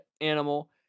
animal